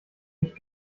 nicht